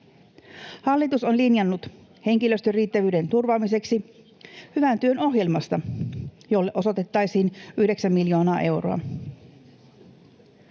Hallitus on linjannut henkilöstön riittävyyden turvaamiseksi hyvän työn ohjelmasta, jolle osoitettaisiin yhdeksän miljoonaa euroa.